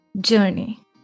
journey